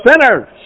sinners